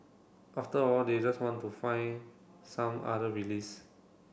after a while they just want to find some other release